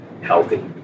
healthy